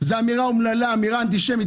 זו אמירה אומללה, אמירה אנטישמית.